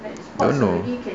I don't know